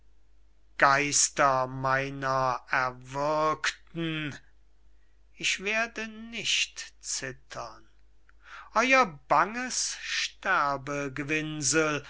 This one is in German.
geister meiner erwürgten ich werde nicht zittern heftig zitternd euer banges